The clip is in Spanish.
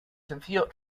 sencillo